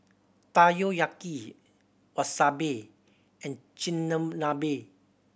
Takoyaki Wasabi and Chigenabe